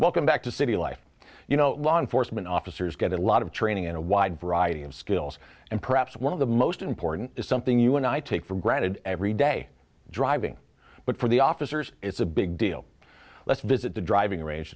welcome back to city life you know law enforcement officers get a lot of training in a wide variety of skills and perhaps one of the most important is something you and i take for granted every day driving but for the officers it's a big deal let's visit the driving range